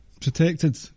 protected